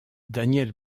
daniel